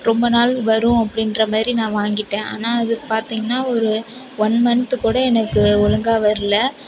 ரொம்ப நாள் வரும் அப்படின்ற மாரி நான் வாங்கிட்டேன் ஆனால் அது பார்த்திங்கனா ஒரு ஓன் மந்த்து கூட எனக்கு ஒழுங்காக வரல